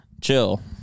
chill